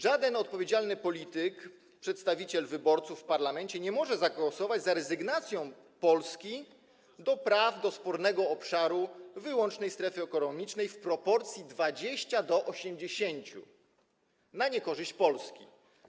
Żaden odpowiedzialny polityk, przedstawiciel wyborców w parlamencie, nie może zagłosować za rezygnacją Polski z praw do spornego obszaru wyłącznej strefy ekonomicznej w proporcji 20 do 80 na niekorzyść Polski.